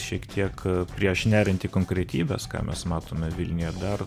šiek tiek prieš neriant į konkretybes ką mes matome vilniuje dar